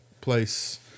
place